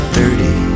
Thirty